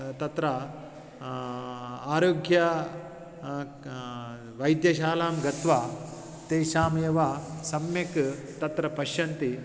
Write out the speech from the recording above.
तत्र आरोग्यं क वैद्यशालां गत्वा तेषामेव सम्यक् तत्र पश्यन्ति